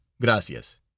Gracias